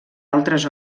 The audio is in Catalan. altres